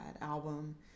album